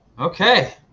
okay